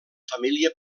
família